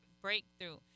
breakthrough